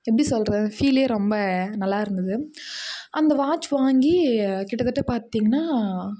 எப்படி சொல்லுறது ஃபீலே ரொம்ப நல்லா இருந்தது அந்த வாட்ச் வாங்கி கிட்டத்தட்ட பார்த்திங்னா